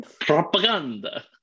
Propaganda